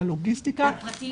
בלוגיסטיקה --- לפרטיים?